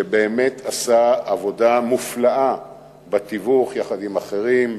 שבאמת עשה עבודה מופלאה בתיווך, יחד עם אחרים,